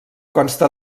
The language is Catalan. consta